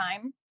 time